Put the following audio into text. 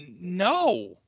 no